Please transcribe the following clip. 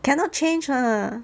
cannot change lah